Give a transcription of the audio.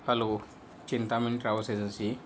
hello Chintamani travels agency